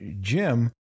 Jim